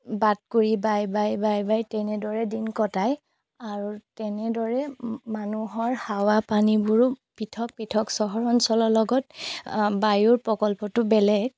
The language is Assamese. বাট কুৰি বাই বাই বাই বাই তেনেদৰে দিন কটাই আৰু তেনেদৰে মানুহৰ হাৱা পানীবোৰো পৃথক পৃথক চহৰ অঞ্চলৰ লগত বায়ুৰ প্ৰকল্পটো বেলেগ